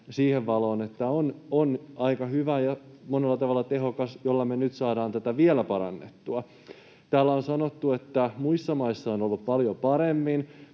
siihen valoon, että se on aika hyvä ja monella tavalla tehokas, ja me nyt saadaan tätä vielä parannettua. Täällä on sanottu, että muissa maissa on ollut paljon paremmin,